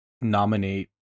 nominate